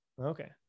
Okay